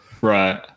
Right